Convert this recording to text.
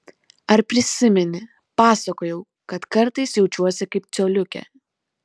ar prisimeni pasakojau kad kartais jaučiuosi kaip coliukė